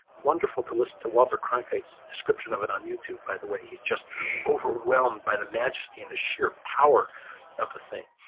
wonderful to listen to walter cronkite's description of it on youtube, by the way. he's just overwhelmed by the majesty and the sheer power of the thing.